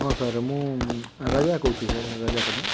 ହଁ ସାର୍ ମୁଁ ରାଜା କହୁଛି ସାର୍ ରାଜା ପ୍ରଧାନ